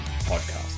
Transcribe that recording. Podcast